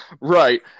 right